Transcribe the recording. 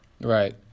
Right